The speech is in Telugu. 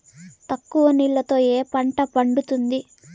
తక్కువ నీళ్లతో ఏ పంట పండుతుంది?